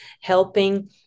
helping